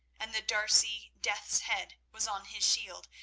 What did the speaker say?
and the d'arcy death's-head was on his shield,